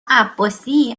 عباسی